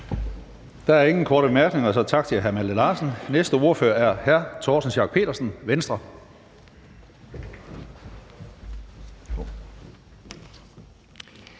Der er ingen korte bemærkninger, så tak til hr. Malte Larsen. Næste ordfører er hr. Torsten Schack Pedersen, Venstre.